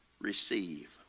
receive